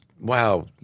wow